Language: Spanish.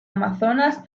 amazonas